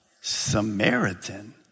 Samaritan